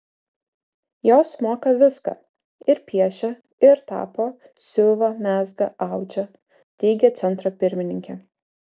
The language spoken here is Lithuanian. jos moka viską ir piešia ir tapo siuva mezga audžia teigė centro pirmininkė